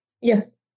yes